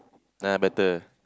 ah better